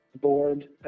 board